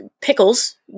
pickles